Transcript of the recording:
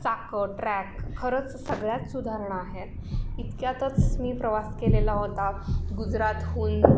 चाकं ट्रॅक खरंच सगळ्यात सुधारणा आहेत इतक्यातच मी प्रवास केलेला होता गुजरातहून